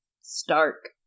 Stark